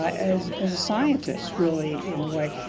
ah as as a scientist really, in a way.